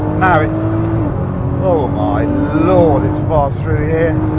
now it's oh my lord, it's fast through yeah